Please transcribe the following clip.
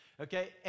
Okay